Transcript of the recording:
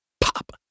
pop